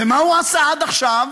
ומה הוא עשה עד עכשיו